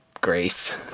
grace